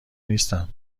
نیستم